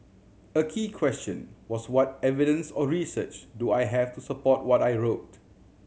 a key question was what evidence or research do I have to support what I wrote